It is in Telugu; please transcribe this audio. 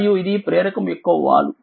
మరియు ఇదిప్రేరకం యొక్కవాలు